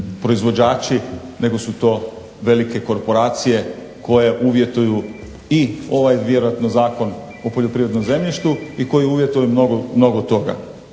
proizvođači nego su to velike korporacije koje uvjetuju i ovaj vjerojatno Zakon o poljoprivrednom zemljištu i koji uvjetuje mnogo toga.